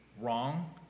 wrong